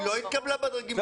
היא לא התקבלה בדרגים שלהם.